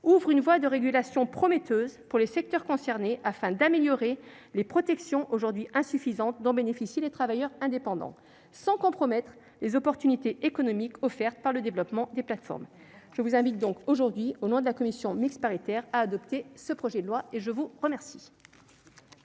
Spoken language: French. ouvre une voie de régulation prometteuse pour les secteurs concernés afin d'améliorer les protections, aujourd'hui insuffisantes, dont bénéficient les travailleurs indépendants, et ce sans compromettre les bénéfices économiques offerts par le développement des plateformes. Mes chers collègues, je vous invite donc aujourd'hui, au nom de la commission mixte paritaire, à adopter ce projet de loi. Très bien